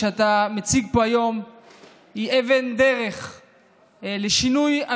אני חושב שהצעת החוק שאתה מציג פה היום היא